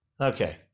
Okay